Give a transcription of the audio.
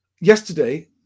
yesterday